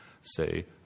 say